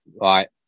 Right